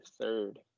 third